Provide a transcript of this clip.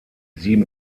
sieben